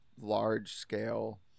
large-scale